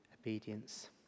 obedience